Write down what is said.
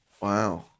Wow